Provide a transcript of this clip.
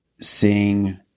seeing